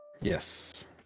Yes